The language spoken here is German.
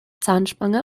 zahnspange